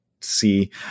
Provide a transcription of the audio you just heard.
see